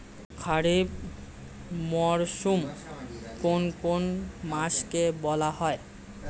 খারিফ মরশুম কোন কোন মাসকে বলা হয়?